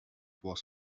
was